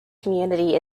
community